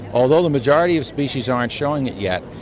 although the majority of species aren't showing it yet,